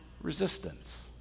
resistance